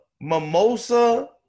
Mimosa